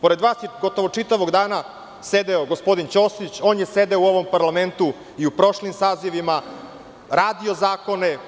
Pored vas je gotovo čitavog dana sedeo gospodin Ćosić, on je sedeo u ovom parlamentu i u prošlim sazivima, radio zakone.